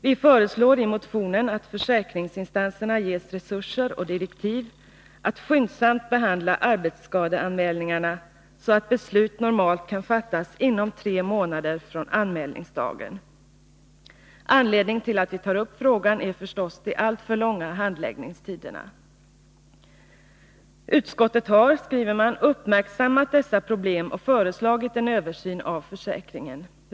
Vi föreslår i motionen att försäkringsinstanserna ges resurser och direktiv att skyndsamt behandla arbetsskadeanmälningarna så att beslut normalt kan fattas inom tre månader från anmälningsdagen. Anledningen till att vi tar upp frågan är förstås de alltför långa handläggningstiderna. Utskottet har — skriver man — uppmärksammat dessa problem och föreslagit en översyn av försäkringen.